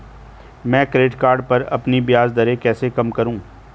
मैं credit card पर अपनी ब्याज दरें कैसे कम करूँ?